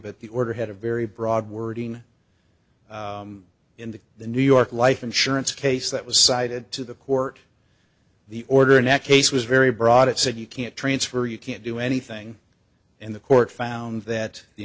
but the order had a very broad wording in the the new york life insurance case that was cited to the court the order neck case was very broad it said you can't transfer you can't do anything in the court found that the